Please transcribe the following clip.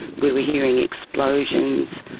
we were hearing explosions,